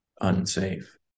unsafe